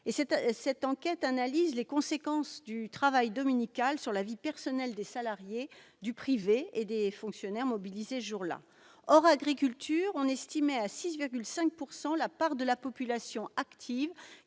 », qui analyse les conséquences du travail dominical sur la vie personnelle des salariés du privé et des fonctionnaires mobilisés ce jour-là. Hors agriculture, on estimait à 6,5 % la part de la population active